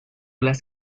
las